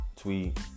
tweet